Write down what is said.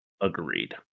Agreed